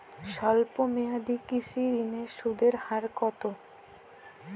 স্বল্প মেয়াদী কৃষি ঋণের সুদের হার কত?